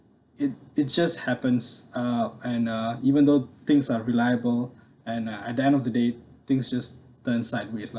it it just happens uh and uh even though things are reliable and uh at the end of the day things just turn sideways lah